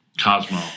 Cosmo